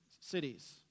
cities